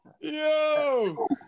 Yo